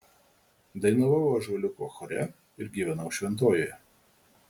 dainavau ąžuoliuko chore ir gyvenau šventojoje